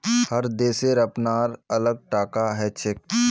हर देशेर अपनार अलग टाका हछेक